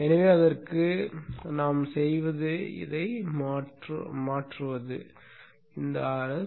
எனவே அதற்கு மக்கள் செய்வது இதை மாற்றுவது Rs